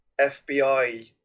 FBI